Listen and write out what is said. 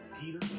Peter